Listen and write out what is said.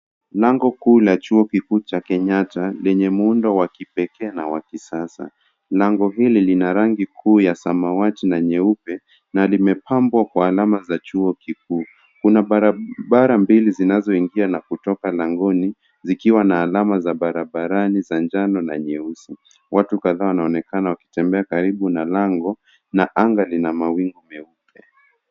Lango kuu la chuo kikuu cha Kenyatta lenye muundo wa kipekee na wa kisasa. Lango hili lina rangi kuu ya samawati na nyeupe na limepambwa kwa alama za chuo kikuu, kuna barabara mbili zinazoingia na kutoka Langoni zikiwa na alama za barabarani za njano na nyeusi, watu kadhaa wanaonekana kutembea karibu na lango na anga lina mawingu meupe.